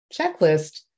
checklist